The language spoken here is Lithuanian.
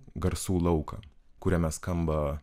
garsų lauką kuriame skamba